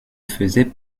faisaient